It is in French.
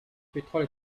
pétrole